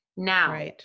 Now